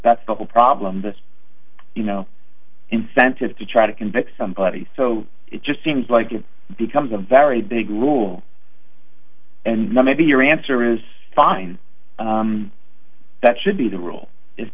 that's the problem you know incentive to try to convict somebody so it just seems like it becomes a very big rule and maybe your answer is fine that should be the rule i